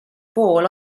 pool